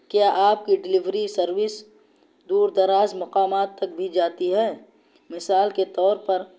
کیا آپ کی ڈلیوری سروس دور دراز مقامات تک بھی جاتی ہے مثال کے طور پر